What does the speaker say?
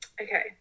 Okay